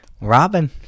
Robin